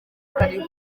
karibu